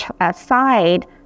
aside